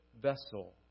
vessel